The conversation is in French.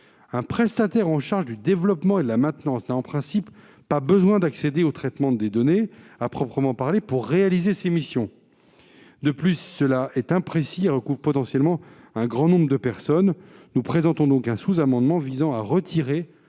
Un prestataire chargé du développement et de la maintenance n'a, en principe, pas besoin d'accéder au traitement des données à proprement parler pour réaliser ses missions. De plus, cette référence est imprécise et recouvre potentiellement un grand nombre de personnes. Nous présentons donc un sous-amendement visant à retirer